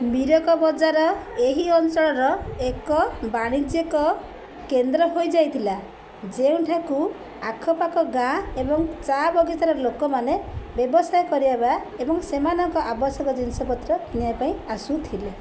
ମିରିକ ବଜାର ଏହି ଅଞ୍ଚଳର ଏକ ବାଣିଜ୍ୟିକ କେନ୍ଦ୍ର ହୋଇଯାଇଥିଲା ଯେଉଁଠାକୁ ଆଖପାଖ ଗାଁ ଏବଂ ଚା' ବଗିଚାର ଲୋକମାନେ ବ୍ୟବସାୟ କରିବା ଏବଂ ସେମାନଙ୍କ ଆବଶ୍ୟକ ଜିନିଷପତ୍ର କିଣିବା ପାଇଁ ଆସୁଥିଲେ